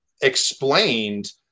explained